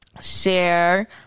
share